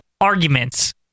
arguments